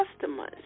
customers